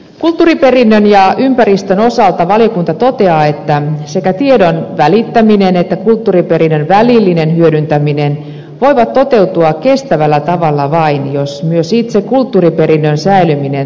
kulttuuriperinnön ja ympäristön osalta valiokunta toteaa että sekä tiedon välittäminen että kulttuuriperinnön välillinen hyödyntäminen voivat toteutua kestävällä tavalla vain jos myös itse kulttuuriperinnön säilyminen turvataan